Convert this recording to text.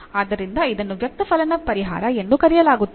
ಆದ್ದರಿಂದ ಇದನ್ನು ವ್ಯಕ್ತಫಲನ ಪರಿಹಾರ ಎಂದು ಕರೆಯಲಾಗುತ್ತದೆ